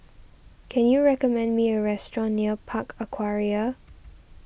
can you recommend me a restaurant near Park Aquaria